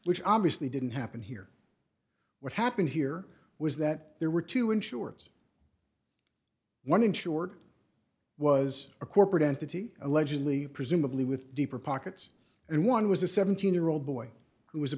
which obviously didn't happen here what happened here was that there were two insurers one insured was a corporate entity allegedly presumably with deeper pockets and one was a seventeen year old boy who was a